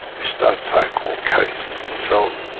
which that cycle carries with itself,